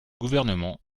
gouvernement